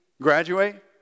Graduate